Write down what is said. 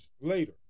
later